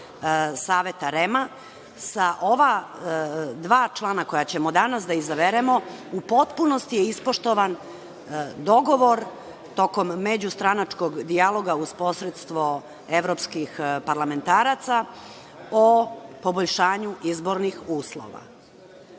Saveta REM-a, sa ova dva člana koja ćemo danas da izaberemo, u potpunosti je ispoštovan dogovor tokom međustranačkog dijaloga uz posredstvo evropskih parlamentaraca o poboljšanju izbornih uslova. Dakle,